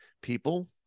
people